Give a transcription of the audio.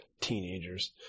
teenagers